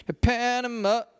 Panama